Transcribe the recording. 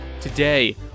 Today